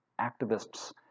activists